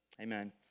Amen